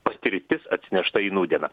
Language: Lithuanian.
patirtis atsinešta į nūdieną